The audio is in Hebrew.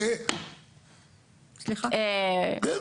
זו